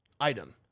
item